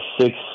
six